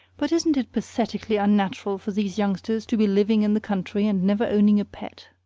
but isn't it pathetically unnatural for these youngsters to be living in the country and never owning a pet?